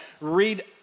read